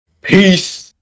Peace